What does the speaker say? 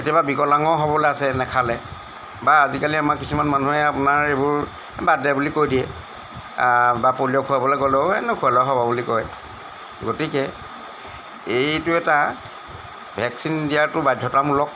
কেতিয়াবা বিকলাঙো হ'বলৈ আছে নেখালে বা আজিকালি আমাৰ কিছুমান মানুহে আপোনাৰ এইবোৰ বাদ দে বুলি কৈ দিয়ে বা বা পলিঅ' খুৱাবলৈ গ'লেও এনে খুৱালৈ হ'ব বুলি কয় গতিকে এইটো এটা ভেকচিন দিয়াটো বাধ্যতামূলক